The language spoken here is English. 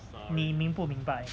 你明不明白